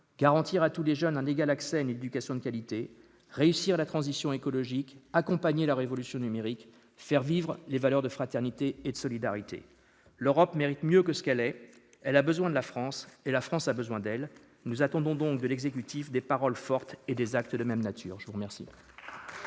garantir à tous les jeunes un égal accès à une éducation de qualité, réussir la transition écologique, accompagner la révolution numérique, faire vivre les valeurs de fraternité et de solidarité. L'Europe mérite mieux que ce qu'elle est ; elle a besoin de la France, et la France a besoin d'elle. Nous attendons donc de l'exécutif des paroles fortes et des actes de même nature. La parole